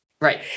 Right